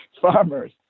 farmers